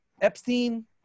Epstein